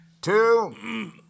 two